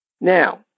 Now